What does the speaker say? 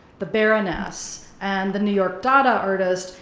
the baroness and the new york dada artist,